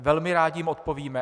Velmi rádi jim odpovíme.